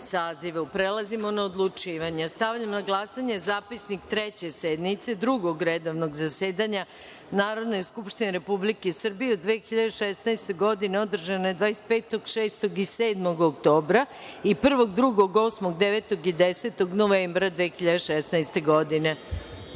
sazivu. Prelazimo na odlučivanje. Stavljam na glasanje Zapisnik Treće sednice Drugog redovnog zasedanja Narodne skupštine Republike Srbije u 2016. godini, održanoj 25, 26. i 27. oktobra i 1, 2, 8, 9. i 10. novembra 2016.